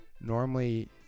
normally